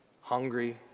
hungry